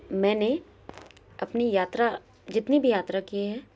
मैंने अपनी यात्रा जितनी भी यात्रा किए हैं